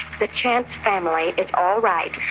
the chance family is all right.